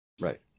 Right